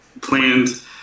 plans